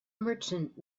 merchant